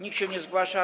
Nikt się nie zgłasza.